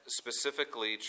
specifically